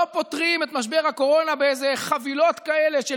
לא פותרים את משבר הקורונה באיזה חבילות כאלה של